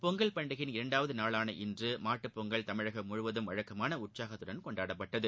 பொங்கல் பண்டிகையின் இரண்டாவது நாளான இன்று மாட்டுப் பொங்கல் மாநிலம் முழுவதும் வழக்கமான உற்சாகத்துடன் கொண்டாடப்பட்டது